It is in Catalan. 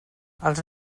els